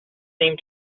seem